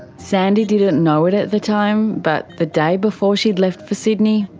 sandy didn't know it at the time, but the day before she'd left for sydney,